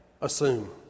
assume